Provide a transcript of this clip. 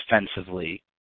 defensively